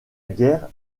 guerre